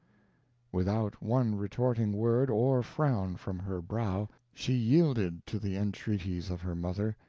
without one retorting word, or frown from her brow, she yielded to the entreaties of her mother,